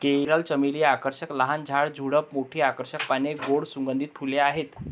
coral चमेली आकर्षक लहान झाड, झुडूप, मोठी आकर्षक पाने, गोड सुगंधित फुले आहेत